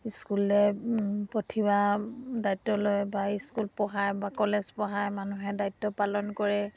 স্কুলৈ পঠিওৱা দায়িত্ব লয় বা স্কুল পঢ়ায় বা কলেজ পঢ়াই মানুহে দায়িত্ব পালন কৰে